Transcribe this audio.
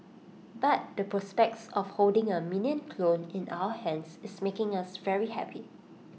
but the prospect of holding A Minion clone in our hands is making us very happy